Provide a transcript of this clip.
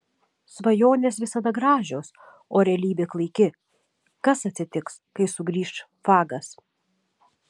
svajonės visada gražios o realybė klaiki kas atsitiks kai sugrįš fagas